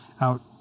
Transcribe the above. out